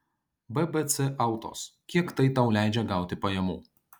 bbc autos kiek tai tau leidžia gauti pajamų